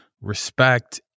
respect